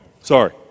sorry